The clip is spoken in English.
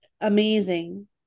amazing